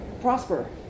prosper